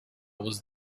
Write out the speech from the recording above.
was